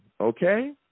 okay